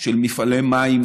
של מפעלי מים